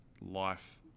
life